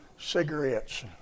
cigarettes